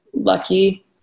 lucky